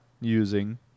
using